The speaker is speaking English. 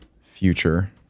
future